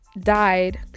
died